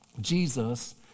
Jesus